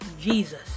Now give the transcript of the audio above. Jesus